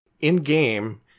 in-game